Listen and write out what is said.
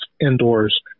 indoors